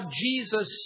Jesus